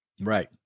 Right